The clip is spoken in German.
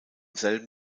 selben